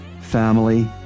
family